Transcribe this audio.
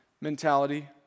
mentality